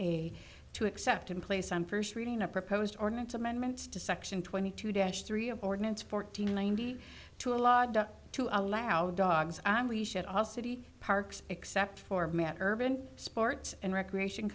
eight to accept in place on first reading a proposed ordinance amendments to section twenty two dash three of ordinance fourteen ninety two a law to allow dogs i'm we should all city parks except for matt urban sports and recreation